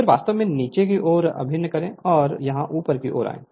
फिर वास्तव में नीचे की ओर अभिनय करें और यहां ऊपर की ओर है